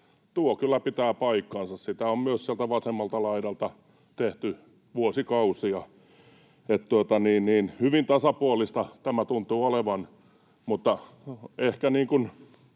Tuo kyllä pitää paikkansa. Sitä on myös sieltä vasemmalta laidalta tehty vuosikausia, että hyvin tasapuolista tämä tuntuu olevan.